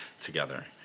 together